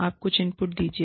आप कुछ इनपुट दीजिए